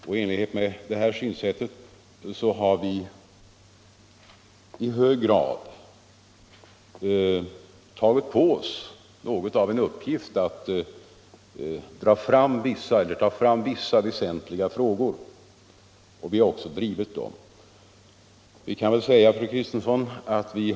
I enlighet med det synsättet har Sverige spelat en viktig roll när det gällt att driva fram samlande internationella insatser i kampen mot narkotikan.